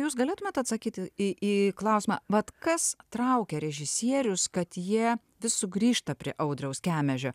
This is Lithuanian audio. jūs galėtumėt atsakyti į į klausimą vat kas traukia režisierius kad jie vis sugrįžta prie audriaus kemežio